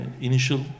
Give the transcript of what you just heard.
initial